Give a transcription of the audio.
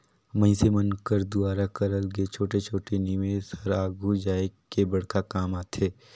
मइनसे मन कर दुवारा करल गे छोटे छोटे निवेस हर आघु जाए के बड़खा काम आथे